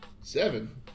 Seven